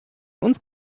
uns